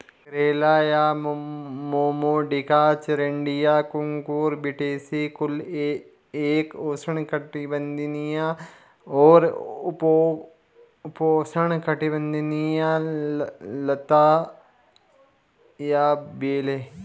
करेला या Momordica charantia Cucurbitaceae कुल की एक उष्णकटिबंधीय और उपोष्णकटिबंधीय लता या बेल है